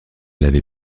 l’avez